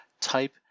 Type